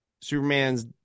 Superman's